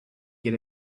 get